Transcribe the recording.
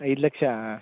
ಐದು ಲಕ್ಷ